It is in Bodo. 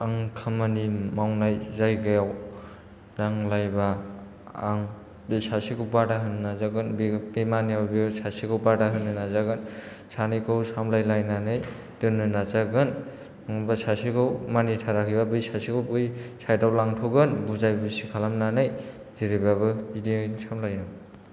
आं खामानि मावनाय जायगायाव नांलायबा आं बे सासेखौ बादा होनो नाजागोन बे माने बे सासेखौ बादा होनो नाजागोन सानैखौ सामलायलायनानै दोननो नाजागोन नङाब्ला सासेखौ मानिथाराखैब्ला बै सासेखौ बै साइद आव लांथ'गोन बुजाय बुसि खालामनानै जेरैबाबो बिदिनो सामलायो